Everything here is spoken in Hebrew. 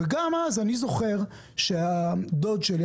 וגם אז אני זוכר שדוד שלי,